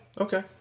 Okay